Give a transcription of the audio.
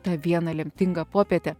tą vieną lemtingą popietę